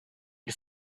had